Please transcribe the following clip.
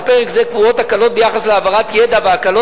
בפרק זה קבועות הקלות ביחס להעברת ידע והקלות